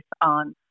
on